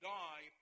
die